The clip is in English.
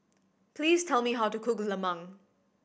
please tell me how to cook lemang